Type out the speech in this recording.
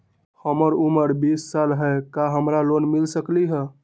हमर उमर बीस साल हाय का हमरा लोन मिल सकली ह?